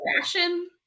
fashion